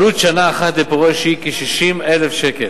עלות שנה אחת לפורש היא כ-60,000 שקל,